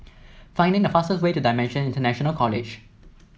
find the fastest way to Dimensions International College